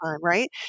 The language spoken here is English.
right